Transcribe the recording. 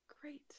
Great